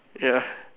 ya